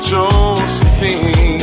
Josephine